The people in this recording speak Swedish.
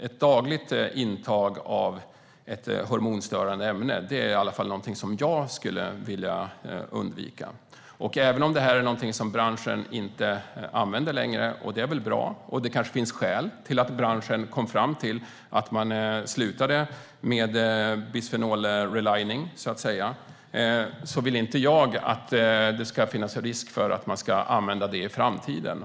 Ett dagligt intag av ett hormonstörande ämne är i alla fall något som jag skulle vilja undvika. Det är visserligen bra att branschen inte längre använder sig av bisfenol vid relining - vilket det kanske finns skäl till - men jag vill inte att det ska finnas risk för att man använder det i framtiden.